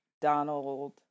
Donald